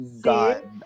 god